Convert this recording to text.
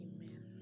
Amen